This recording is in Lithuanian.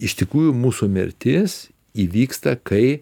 iš tikrųjų mūsų mirtis įvyksta kai